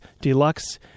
Deluxe